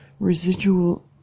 residual